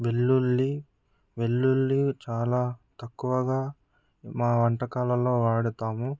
వెల్లుల్లి వెల్లుల్లి చాలా తక్కువగా మా వంటకాలలో వాడుతాము